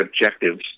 objectives